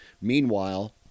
Meanwhile